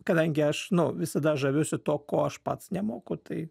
kadangi aš nu visada žaviuosi tuo ko aš pats nemoku tai